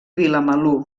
vilamalur